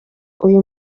uyu